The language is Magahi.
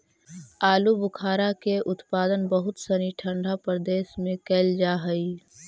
आलूबुखारा के उत्पादन बहुत सनी ठंडा प्रदेश में कैल जा हइ